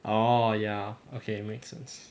orh ya okay you make sense